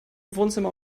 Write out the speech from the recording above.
wohnzimmer